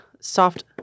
soft